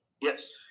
Yes